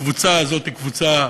הקבוצה הזאת היא הקבוצה